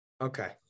Okay